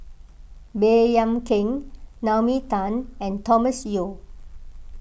Baey Yam Keng Naomi Tan and Thomas Yeo